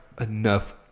enough